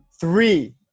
three